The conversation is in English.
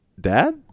Dad